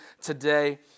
today